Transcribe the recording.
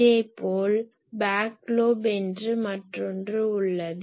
இதேபோல் back loop என்று மற்றொன்று உள்ளது